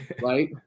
right